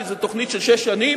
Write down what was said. כי זאת תוכנית של שש שנים,